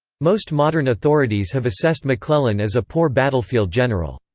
most modern authorities have assessed mcclellan as a poor battlefield general.